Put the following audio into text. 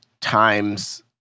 times